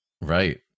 Right